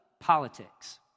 politics